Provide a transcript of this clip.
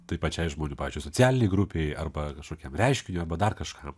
tai pačiai žmonių pavyzdžiui socialinei grupei arba kažkokiam reiškiniui arba dar kažkam